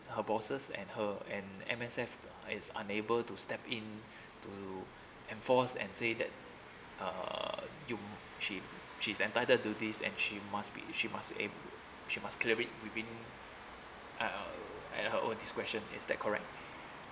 her bosses and her and M_S_F is unable to step in to enforce and say that uh you she she's entitled to this and she must be she must am~ she must clear it within uh uh this question is that correct